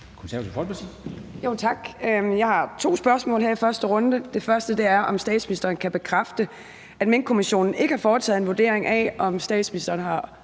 Jeg har to spørgsmål her i første runde. Det første er, om statsministeren kan bekræfte, at Minkkommissionen ikke har foretaget en vurdering af, om statsministeren har